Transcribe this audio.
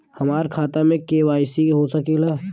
हमार खाता में के.वाइ.सी हो सकेला?